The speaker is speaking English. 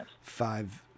five